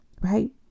right